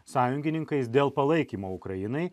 sąjungininkais dėl palaikymo ukrainai